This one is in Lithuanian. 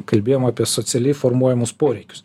kalbėjom apie socialiai formuojamus poreikius